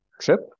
trip